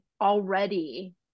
already